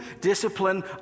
discipline